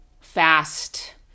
fast